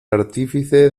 artífice